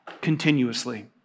continuously